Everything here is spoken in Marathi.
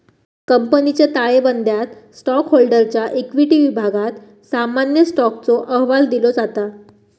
कंपनीच्या ताळेबंदयात स्टॉकहोल्डरच्या इक्विटी विभागात सामान्य स्टॉकचो अहवाल दिलो जाता